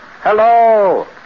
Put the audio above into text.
Hello